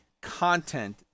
content